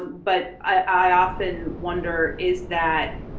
but i often wonder is that,